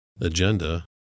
agenda